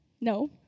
No